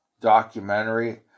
documentary